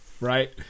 right